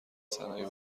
صنایع